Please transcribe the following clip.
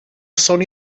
sono